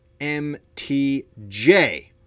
MTJ